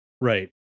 right